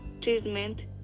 treatment